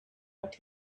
what